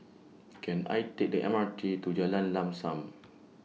Can I Take The M R T to Jalan Lam SAM